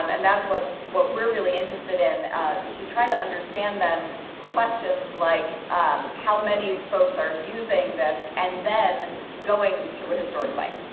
and and that's what what we're really interested in to try to understand then questions like um how many and folks are using this and then going to a historic site.